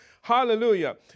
Hallelujah